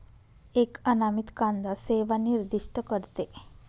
एक अनामित कांदा सेवा निर्दिष्ट करते